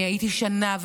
הייתי שנה,